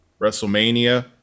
WrestleMania